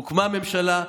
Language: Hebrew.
הוקמה ממשלה,